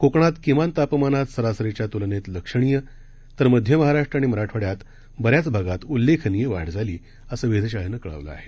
कोकणात किमान तापमानात सरासरीच्या तूलनेत लक्षणीय तर मध्य महाराष्ट्र आणि मराठवाड्याच्या बऱ्याच भागात उल्लेखनीय वाढ झाली असंही वेधशाळेनं कळवलं आहे